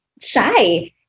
shy